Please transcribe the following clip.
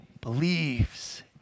Believes